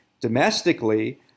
domestically